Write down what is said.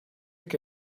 que